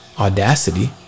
audacity